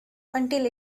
until